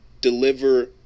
deliver